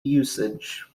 usage